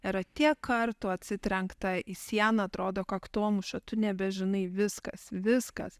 yra tiek kartų atsitrenkta į sieną atrodo kaktomuša tu nebežinai viskas viskas